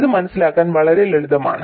ഇത് മനസ്സിലാക്കാൻ വളരെ ലളിതമാണ്